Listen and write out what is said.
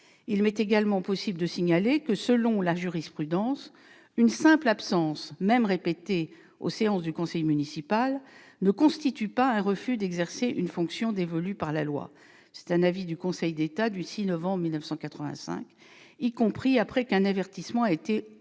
Il m'est également possible de signaler que, selon la jurisprudence, une simple absence, même répétée, aux séances du conseil municipal ne constitue pas un refus d'exercer une fonction dévolue par la loi- je vous renvoie, sur ce sujet, à l'avis du Conseil d'État en date du 6 novembre 1985 -, y compris après qu'un avertissement a été adressé